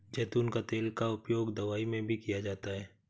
ज़ैतून का तेल का उपयोग दवाई में भी किया जाता है